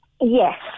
Yes